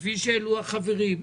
כפי שהעלו החברים,